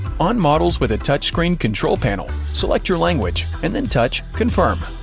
on models with a touchscreen control panel, select your language, and then touch confirm.